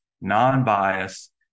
non-biased